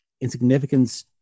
insignificance